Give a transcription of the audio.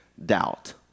doubt